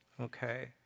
okay